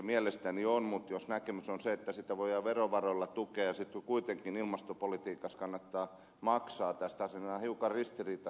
mielestäni on mutta jos näkemys on se että sitä voidaan verovaroilla tukea ja kuitenkin ilmastopolitiikassa kannattaa maksaa tästä nämä ovat hiukan ristiriitaisia näkemyksiä